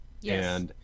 Yes